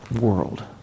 world